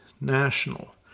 national